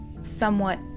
somewhat